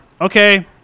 Okay